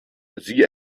sie